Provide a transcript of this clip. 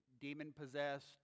demon-possessed